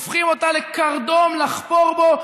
הופכים אותה לקרדום לחפור בו,